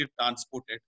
transported